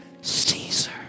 Caesar